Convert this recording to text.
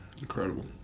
incredible